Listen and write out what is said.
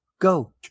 Go